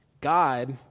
God